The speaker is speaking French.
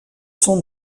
son